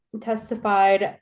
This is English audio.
Testified